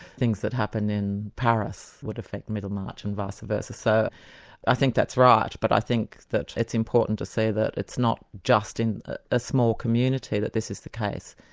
things that happen in paris would affect middlemarch and vice-versa. so i think that's right, but i think that it's important to see that it's not just in a small community that this is the case.